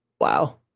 Wow